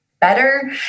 better